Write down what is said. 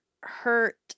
hurt